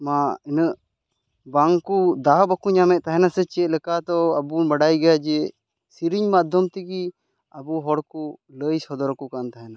ᱢᱟ ᱤᱱᱟᱹ ᱵᱟᱝ ᱠᱚ ᱫᱟᱣ ᱵᱟᱠᱚ ᱧᱟᱢᱮᱫ ᱛᱟᱦᱮᱱᱟ ᱥᱮ ᱪᱮᱫ ᱞᱮᱠᱟ ᱛᱚ ᱟᱵᱚ ᱵᱚᱱ ᱵᱟᱰᱟᱭ ᱜᱮᱭᱟ ᱡᱮ ᱥᱮᱨᱮᱧ ᱢᱟᱫᱷᱚᱢ ᱛᱮᱜᱮ ᱟᱵᱚ ᱦᱚᱲ ᱠᱚ ᱞᱟᱹᱭ ᱥᱚᱫᱚᱨ ᱠᱚ ᱠᱟᱱ ᱛᱟᱦᱮᱱᱟ